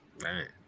Man